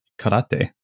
karate